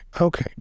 Okay